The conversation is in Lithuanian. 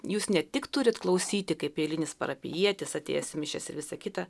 jūs ne tik turit klausyti kaip eilinis parapijietis atėjęs į mišias ir visa kita